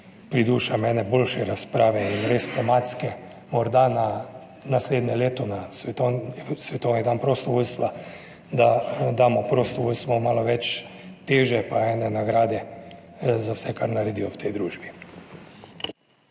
pridušam ene boljše razprave in res tematske morda na naslednje leto, na svetovni dan prostovoljstva, da damo prostovoljstvu malo več teže, pa ene nagrade za vse, kar naredijo v tej družbi.